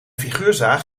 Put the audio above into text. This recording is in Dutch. figuurzaag